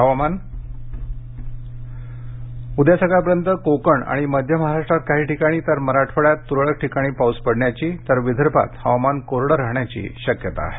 हवामान उद्या सकाळपर्यंत कोकण आणि मध्य महाराष्ट्रात काही ठिकाणी तर मराठवाड्यात तुरळक ठिकाणी पाऊस पडण्याची तर विदर्भात हवामान कोरडं राहण्याची शक्यता आहे